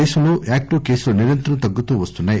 దేశంలో యాక్టీవ్ కేసులు నిరంతరం తగ్గుతూ వస్తున్నాయి